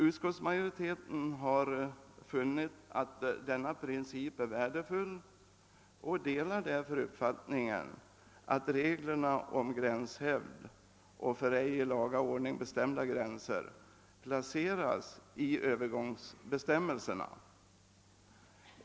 Utskottsmajoriteten har funnit att denna princip är värdefull och ansluter sig därför till uppfattningen att reglerna om gränshävd och ej i laga ordning bestämda gränser placeras i övergångsbestämmelserna.